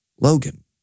Logan